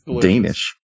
Danish